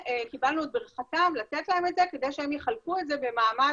וקיבלנו את ברכתם לתת להם את זה כדי שהם יחלקו את זה במעמד